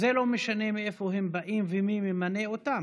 וזה לא משנה מאיפה הם באים ומי ממנה אותם,